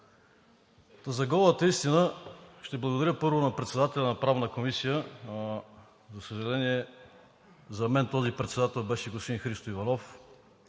За голата истина ще благодаря първо на председателя на Правната комисия. За съжаление, за мен този председател беше господин Христо Иванов